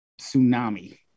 tsunami